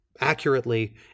accurately